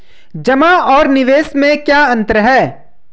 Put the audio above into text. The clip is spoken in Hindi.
जमा और निवेश में क्या अंतर है?